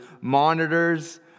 monitors